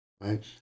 right